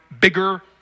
bigger